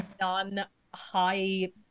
non-high